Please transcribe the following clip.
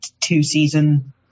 two-season